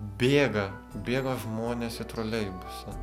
bėga bėga žmonės į troleibusą